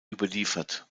überliefert